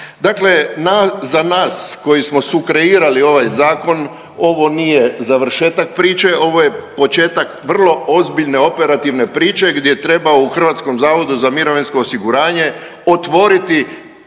Dakle, na, za nas koji smo sukreirali ovaj Zakon, ovo nije završetak priče, ovo je početak vrlo ozbiljne operativne priče gdje treba u HZMO-u otvoriti